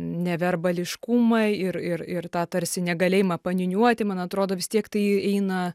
neverbališkumą ir ir ir tą tarsi negalėjimą paniūniuoti man atrodo vis tiek tai eina